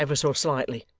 ever so slightly,